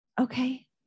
Okay